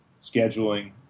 scheduling